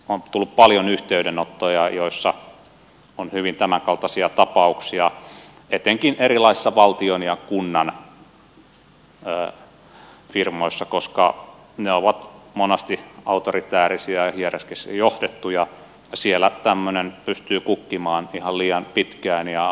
on tullut paljon yhteydenottoja joissa on hyvin tämänkaltaisia tapauksia etenkin erilaisissa valtion ja kunnan firmoissa koska ne ovat monasti autoritäärisiä ja hierarkkisesti johdettuja ja siellä tämmöinen pystyy kukkimaan ihan liian pitkään ja ihan liian hyvin tämmöinen työpaikkakiusaaminen